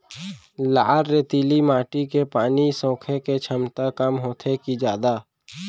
लाल रेतीली माटी के पानी सोखे के क्षमता कम होथे की जादा?